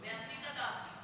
בעצמי כתבתי.